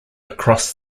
across